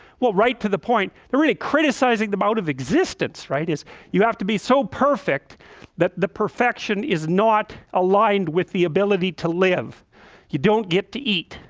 well right to the point they're really criticizing them out of existence right is you have to be so perfect that the perfection is not aligned with the ability to live you don't get to eat,